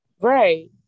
right